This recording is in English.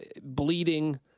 bleeding